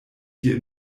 hier